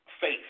Faith